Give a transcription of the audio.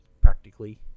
practically